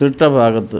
തിട്ട ഭാഗത്ത്